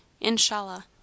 inshallah